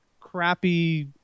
crappy